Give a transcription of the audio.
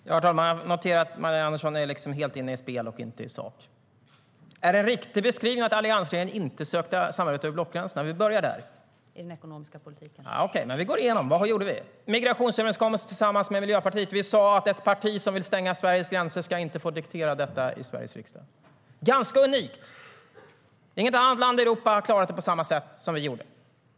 Herr talman! Jag noterar att Magdalena Andersson är helt inne i spel och inte i sak. Är det en riktig beskrivning att alliansregeringen inte sökte samarbete över blockgränserna? Vi börjar där. Okej. Men vi går igenom det. Vad gjorde vi? Vi slöt en migrationsöverenskommelse tillsammans med Miljöpartiet. Vi sa att ett parti som vill stänga Sveriges gränser inte skulle få diktera detta i Sveriges riksdag. Det var ganska unikt. Inget annat land i Europa har klarat det på samma sätt som vi gjorde.